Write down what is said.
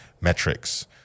metrics